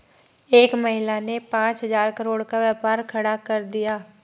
एक महिला ने पांच हजार करोड़ का व्यापार खड़ा कर दिया